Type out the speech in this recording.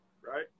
right